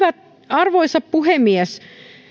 arvoisa puhemies valiokunnassa